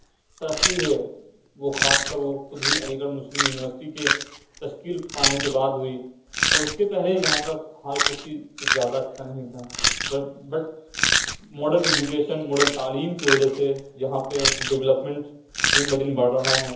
ترقی ہے وہ خاص کر وہ خود ہی علی گڑھ مسلم یونیورسٹی کے تشکیل پانے کے بعد ہوئی اور اس کے پہلے یہاں کا حال کچھ ہی کچھ زیادہ اچھا نہیں تھا بٹ موڈن ایجوکیشن موڈن تعلیم کی وجہ سے یہاں پہ ڈیولپمنٹ دن بہ دن بڑھ رہا ہے